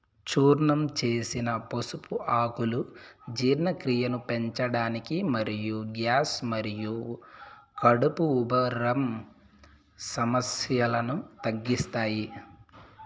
చూర్ణం చేసిన పసుపు ఆకులు జీర్ణక్రియను పెంచడానికి మరియు గ్యాస్ మరియు కడుపు ఉబ్బరం సమస్యలను తగ్గిస్తాయి